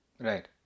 Right